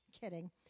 Kidding